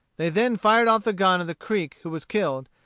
they then fired off the gun of the creek who was killed,